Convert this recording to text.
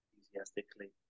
enthusiastically